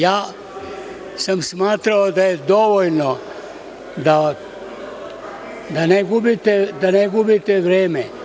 Ja sam smatrao da je dovoljno da ne gubite vreme.